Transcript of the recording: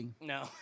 No